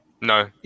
No